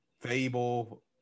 Fable